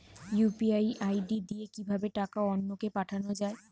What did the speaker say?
UPI ID দিয়ে কিভাবে টাকা অন্য কে পাঠানো যায়?